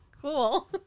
cool